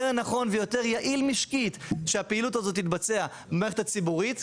יותר נכון ויותר יעיל משקית שהפעילות הזאת תתבצע במערכת הציבורית,